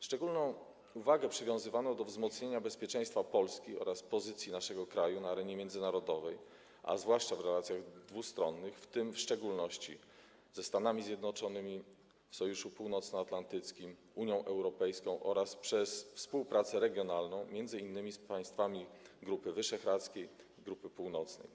Szczególną wagę przywiązywano do wzmocnienia bezpieczeństwa Polski oraz pozycji naszego kraju na arenie międzynarodowej, a zwłaszcza w relacjach dwustronnych, w szczególności ze Stanami Zjednoczonymi, w Sojuszu Północnoatlantyckim, z Unią Europejską, oraz przez współpracę regionalną, m.in. z państwami Grupy Wyszehradzkiej, Grupy Północnej.